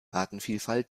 artenvielfalt